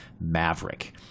maverick